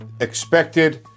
expected